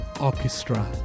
Orchestra